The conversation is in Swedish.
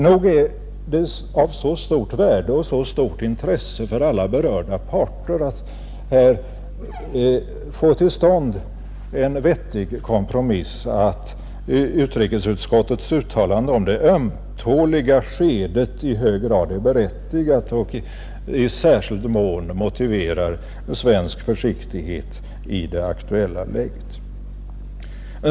Nog är det av så stort värde och så stort intresse för alla berörda parter att här få till stånd en vettig kompromiss, att utrikesutskottets uttalande om det ömtåliga skedet i hög grad är berättigat och i särskild mån motiverar svensk försiktighet i det aktuella läget.